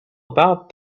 about